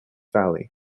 valley